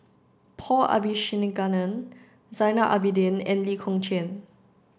Paul Abisheganaden Zainal Abidin and Lee Kong Chian